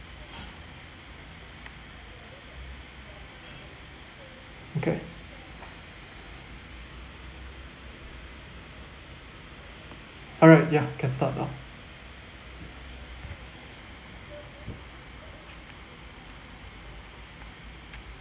okay alright ya can start now